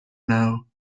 now